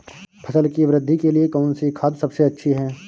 फसल की वृद्धि के लिए कौनसी खाद सबसे अच्छी है?